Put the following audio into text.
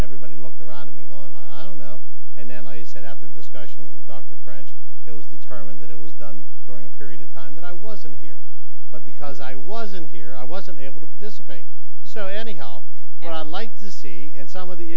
everybody looked around me on i don't know and then i said after discussion dr french it was determined that it was done during a period of time that i wasn't here but because i wasn't here i wasn't able to participate so anyhow and i'd like to see and some of the